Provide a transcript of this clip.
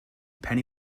penny